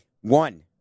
One